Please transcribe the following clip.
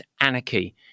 anarchy